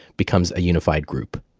becomes a unified group.